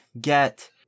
get